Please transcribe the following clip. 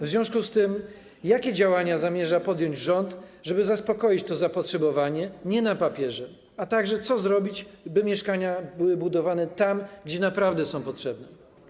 W związku z tym pytanie: Jakie działania zamierza podjąć rząd, żeby zaspokoić to zapotrzebowanie nie na papierze, a także co zamierza zrobić, aby mieszkania były budowane tam, gdzie naprawdę są potrzebne?